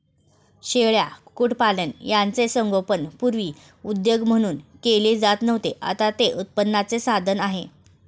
शेळ्या, कुक्कुटपालन यांचे संगोपन पूर्वी उद्योग म्हणून केले जात नव्हते, आता ते उत्पन्नाचे साधन आहे